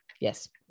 yes